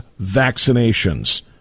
vaccinations